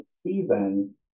season